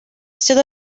still